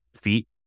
feet